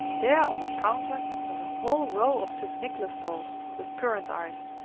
there on the counter was a whole row of st. nicholas dolls with currant eyes,